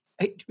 Hey